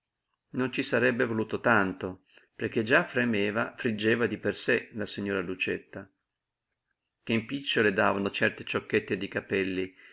non ci sarebbe voluto tanto perché già fremeva friggeva di per sé la signora lucietta che impiccio le davano certe ciocchette di capelli